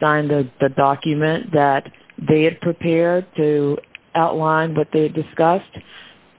they signed the document that they had prepared to outline what they discussed